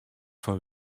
fan